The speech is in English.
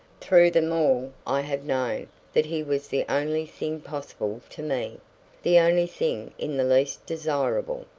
through them all i have known that he was the only thing possible to me the only thing in the least desirable.